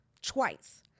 twice